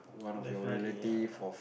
definitely ah